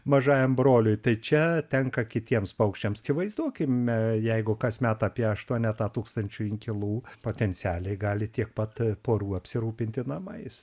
mažajam broliui tai čia tenka kitiems paukščiams įsivaizduokime jeigu kasmet apie aštuonetą tūkstančių inkilų potencialiai gali tiek pat porų apsirūpinti namais